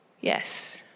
yes